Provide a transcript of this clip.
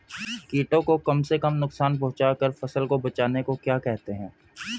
कीटों को कम से कम नुकसान पहुंचा कर फसल को बचाने को क्या कहते हैं?